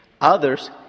Others